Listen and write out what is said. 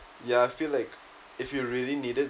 ya I feel like if you really need it